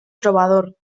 trobador